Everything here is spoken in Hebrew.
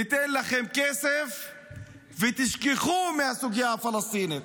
ניתן לכם כסף ותשכחו מהסוגיה הפלסטינית.